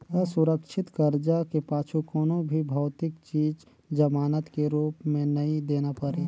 असुरक्छित करजा के पाछू कोनो भी भौतिक चीच जमानत के रूप मे नई देना परे